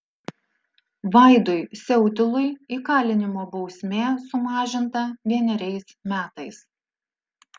vaidui siautilui įkalinimo bausmė sumažinta vieneriais metais